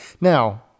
Now